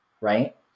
right